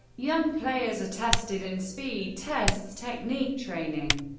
young players are tested in speed tests, technique training,